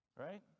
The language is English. right